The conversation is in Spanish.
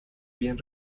bien